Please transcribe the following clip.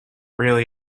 really